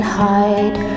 hide